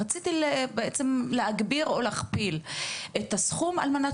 רציתי להגדיל ואף להכפיל את הסכום על מנת